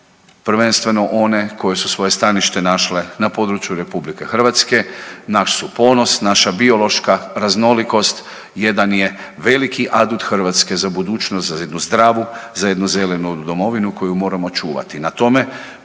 prvenstveno one koje su svoje stanište naše na području RH naš su ponos, naša biološka raznolikost, jedan je veliki adut Hrvatske za budućnost, za jednu zdravu, za jednu zelenu domovinu koju moramo čuvati.